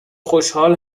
خوشحال